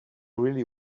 really